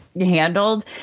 handled